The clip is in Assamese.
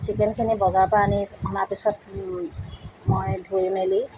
চিকেনখিনি বজাৰৰ পৰা আনি অনাৰ পিছত মই ধুই মেলি